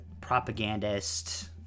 propagandist –